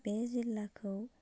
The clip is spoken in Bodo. बे जिल्लाखौ